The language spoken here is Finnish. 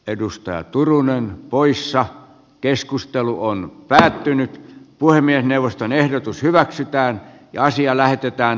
edustajat turunen poissa keskustelu on päättynyt puhemiesneuvoston ehdotus hyväksytään naisia lähetetään